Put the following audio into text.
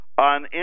on